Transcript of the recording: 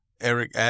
Eric